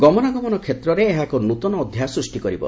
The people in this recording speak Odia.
ଗମନାଗମନ କ୍ଷେତ୍ରରେ ଏହା ଏକ ନୂତନ ଅଧ୍ୟାୟ ସୃଷ୍ଟି କରିବ